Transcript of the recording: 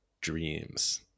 dreams